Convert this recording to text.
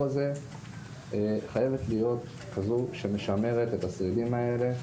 הזה חייבת להיות כזו שמשמרת את השרידים האלה,